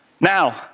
Now